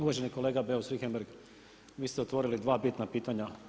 Uvaženi kolega Beus Richembergh, vi ste otvorili sva bitna pitanja.